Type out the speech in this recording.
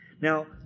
Now